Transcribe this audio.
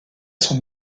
son